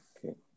Okay